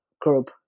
group